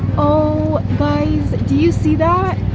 oh, guys, do you see that?